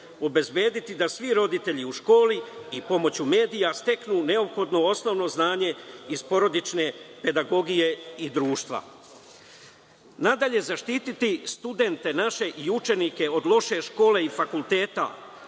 obezbediti da svi roditelji pomoću medija steknu neophodno osnovno obrazovanje iz porodične pedagogije i društva. Nadalje zaštititi studente naše i učenike od loše škole i fakulteta,